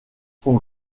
son